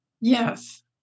Yes